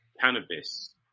cannabis